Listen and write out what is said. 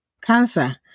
Cancer